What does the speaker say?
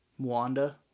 Wanda